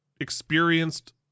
experienced